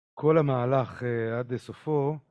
כל המהלך עד סופו.